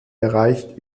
erreicht